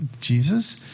Jesus